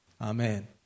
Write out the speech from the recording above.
Amen